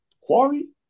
Quarry